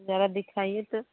जरा दिखाइये तो